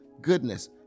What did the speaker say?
goodness